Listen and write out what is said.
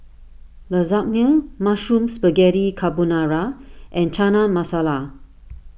Lasagne Mushroom Spaghetti Carbonara and Chana Masala